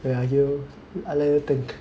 wait I give you I let you think